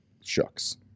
Shucks